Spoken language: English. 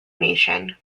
nation